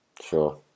Sure